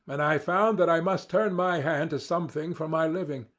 and i found that i must turn my hand to something for my living.